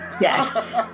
Yes